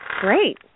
Great